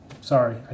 sorry